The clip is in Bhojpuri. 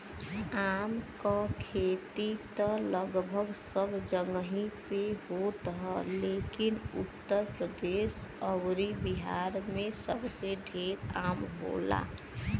आम क खेती त लगभग सब जगही पे होत ह लेकिन उत्तर प्रदेश अउरी बिहार में सबसे ढेर आम होला